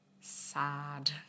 sad